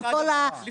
עם כל ההגנות.